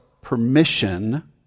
permission